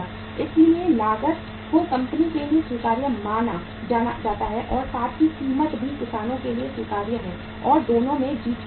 इसलिए लागत को कंपनी के लिए स्वीकार्य माना जाता है और साथ ही कीमत भी किसानों के लिए स्वीकार्य है और दोनों में जीत की स्थिति है